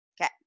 Okay